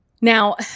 Now